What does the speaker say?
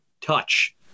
touch